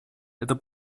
это